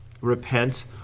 repent